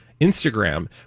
Instagram